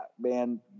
man